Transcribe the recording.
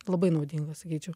labai naudinga sakyčiau